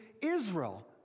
Israel